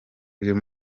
uyu